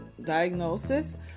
diagnosis